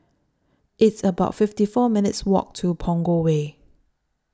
It's about fifty four minutes' Walk to Punggol Way